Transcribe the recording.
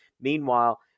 Meanwhile